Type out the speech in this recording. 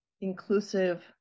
inclusive